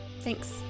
Thanks